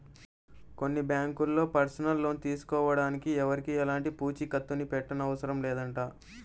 కొన్ని బ్యాంకుల్లో personal loan తీసుకోడానికి ఎవరికీ ఎలాంటి పూచీకత్తుని పెట్టనవసరం లేదంట